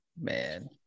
Man